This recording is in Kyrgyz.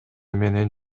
менен